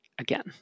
again